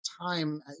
time